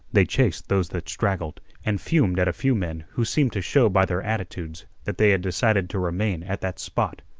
they chased those that straggled and fumed at a few men who seemed to show by their attitudes that they had decided to remain at that spot.